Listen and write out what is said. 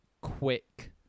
quick